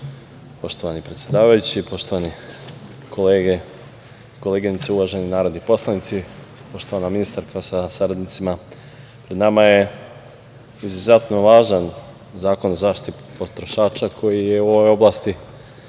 Orliću. Poštovani predsedavajući, poštovane kolege i koleginice, uvaženi narodni poslanici, poštovana ministarko sa saradnicima, pred nama je izuzetno važan Zakon o zaštiti potrošača, koji je u ovoj oblasti